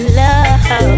love